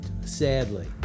sadly